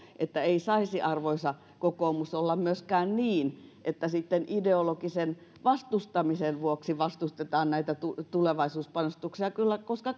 että ei saisi arvoisa kokoomus olla myöskään niin että sitten ideologisen vastustamisen vuoksi vastustetaan näitä tulevaisuuspanostuksia koska